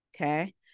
Okay